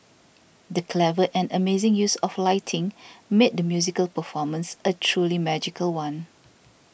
the clever and amazing use of lighting made the musical performance a truly magical one